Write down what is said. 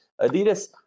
Adidas